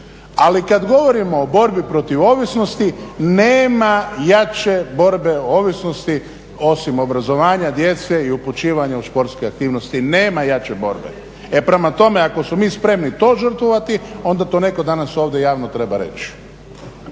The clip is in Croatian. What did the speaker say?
Ali kada govorimo o borbi protiv ovisnosti, nema jače borbe ovisnosti osim obrazovanja djece i upućivanje u sportske aktivnosti, nema jače borbe. E prema tome, ako smo mi spremni to žrtvovati onda to netko danas ovdje javno treba reći.